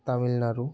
Tamil Nadu